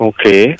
Okay